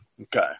Okay